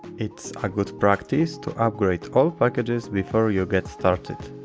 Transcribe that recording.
it's a good practice to upgrade whole packages before you get started.